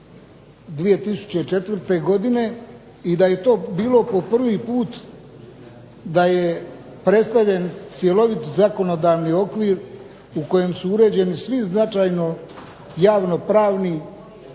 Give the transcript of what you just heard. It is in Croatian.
2004. godine i da je to bilo po prvi puta da je predstavljen cjelovit zakonodavni okvir u kojem su uređeni svi značajno javno pravni